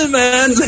man